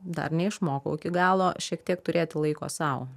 dar neišmokau iki galo šiek tiek turėti laiko sau